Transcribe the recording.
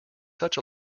such